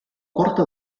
porta